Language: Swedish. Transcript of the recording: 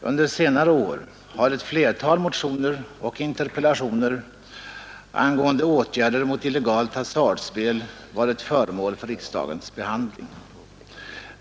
Under senare år har ett flertal motioner och interpellationer angående åtgärder mot illegalt hasardspel varit föremål för riksdagens behandling.